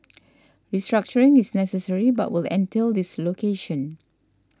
restructuring is necessary but will entail dislocations